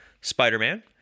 spider-man